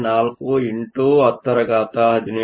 04 x 1017 ಆಗಿದೆ